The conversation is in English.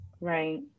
right